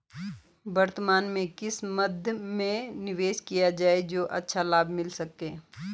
वर्तमान में किस मध्य में निवेश किया जाए जो अच्छा लाभ मिल सके?